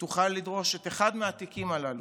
תוכל לדרוש את אחד מהתיקים הללו,